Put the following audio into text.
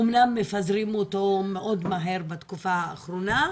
אמנם מפזרים אותו מאוד מהר בתקופה האחרונה,